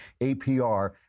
APR